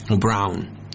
Brown